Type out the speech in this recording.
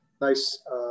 nice